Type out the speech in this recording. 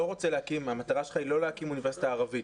המטרה שלך לא להקים אוניברסיטה ערבית?